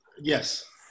yes